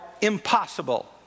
impossible